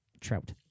Trout